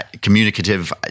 communicative